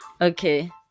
Okay